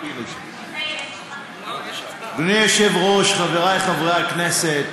אדוני היושב-ראש, חבריי חברי הכנסת,